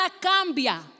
cambia